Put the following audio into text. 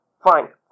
Fine